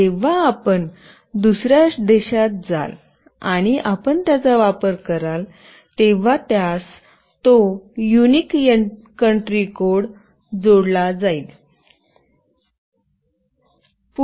जेव्हा आपण दुसर्या देशात जाल आणि आपण त्याचा वापर कराल तेव्हा त्यास तो युनिक कंट्री कोड जोडला जाईल